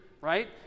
right